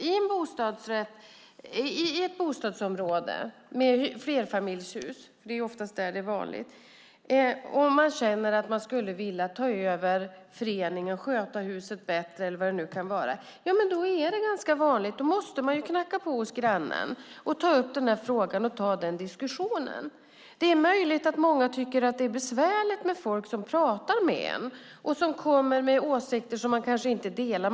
I ett bostadsområde med flerfamiljshus - det är oftast där det är vanligt - måste man, om man känner att man skulle vilja ta över föreningen, sköta huset bättre eller vad det nu kan vara, knacka på hos grannen och ta upp den frågan och ta den diskussionen. Det är möjligt att många tycker att det är besvärligt med folk som pratar med en och som kommer med åsikter som man kanske inte delar.